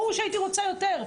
ברור שהייתי רוצה יותר,